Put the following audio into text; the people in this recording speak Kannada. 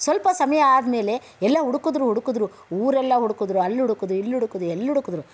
ಸ್ವಲ್ಪ ಸಮಯ ಆದಮೇಲೆ ಎಲ್ಲ ಹುಡುಕಿದ್ರು ಹುಡುಕಿದ್ರು ಊರೆಲ್ಲ ಹುಡುಕಿದ್ರು ಅಲ್ಲಿ ಹುಡುಕಿದ್ರು ಇಲ್ಲಿ ಹುಡುಕಿದ್ರು ಎಲ್ಲಿ ಹುಡುಕಿದ್ರು